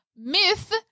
myth